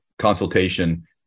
consultation